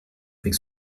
avec